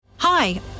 Hi